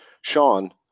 Sean